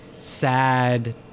sad